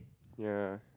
ya